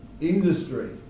industry